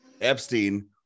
Epstein